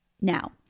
Now